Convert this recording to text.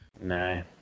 No